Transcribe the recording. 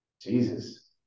Jesus